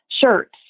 shirts